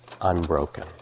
unbroken